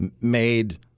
made